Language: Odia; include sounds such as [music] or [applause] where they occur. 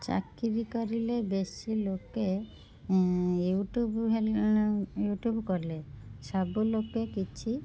ଚାକିରୀ କରିଲେ ବେଶୀ ଲୋକେ ୟୁଟୁବ୍ [unintelligible] ୟୁଟୁବ୍ କଲେ ସବୁ ଲୋକେ କିଛି